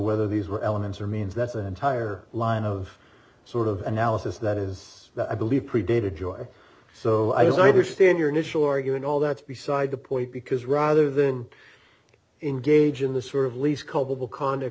whether these were elements or means that the entire line of sort of analysis that is i believe predated joy so i as i understand your initial argument all that's beside the point because rather than engage in the sort of least culpable conduct